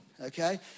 Okay